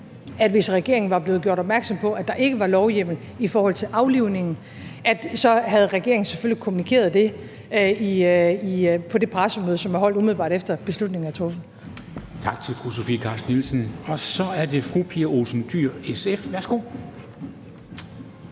at hvis regeringen var blevet gjort opmærksom på, at der ikke var lovhjemmel i forhold til aflivning, havde regeringen selvfølgelig kommunikeret det på det pressemøde, som er holdt, umiddelbart efter beslutningen er truffet. Kl. 13:52 Formanden (Henrik Dam Kristensen): Tak til fru Sofie Carsten Nielsen. Så er det fru Pia Olsen Dyhr, SF. Værsgo.